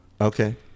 Okay